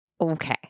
Okay